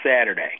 Saturday